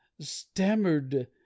stammered